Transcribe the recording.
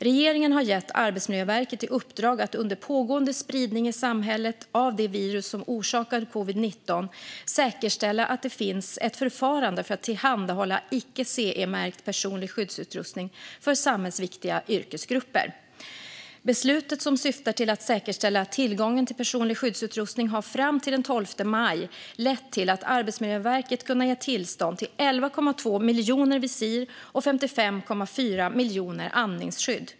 Regeringen har gett Arbetsmiljöverket i uppdrag att under pågående spridning i samhället av det virus som orsakar covid-19 säkerställa att det finns ett förfarande för att tillhandahålla icke CE-märkt personlig skyddsutrustning för samhällsviktiga yrkesgrupper. Beslutet, som syftar till att säkerställa tillgången till personlig skyddsutrustning, har fram till den 12 maj lett till att Arbetsmiljöverket kunnat ge tillstånd till 11,2 miljoner visir och 55,4 miljoner andningsskydd.